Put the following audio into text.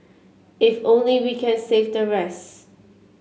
if only we can save the rest